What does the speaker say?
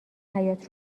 حیاط